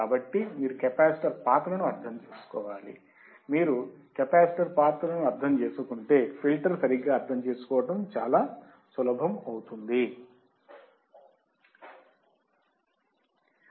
కాబట్టి మీరు కెపాసిటర్ పాత్రను అర్థం చేసుకోవాలి మీరు కెపాసిటర్ పాత్రను అర్థం చేసుకుంటే ఫిల్టర్ సరిగ్గా అర్థం చేసుకోవడం చాలా సులభం అవుతుంది